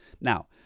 Now